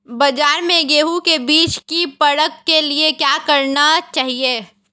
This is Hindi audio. बाज़ार में गेहूँ के बीज की परख के लिए क्या करना चाहिए?